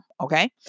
Okay